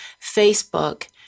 Facebook